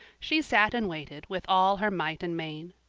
she sat and waited with all her might and main.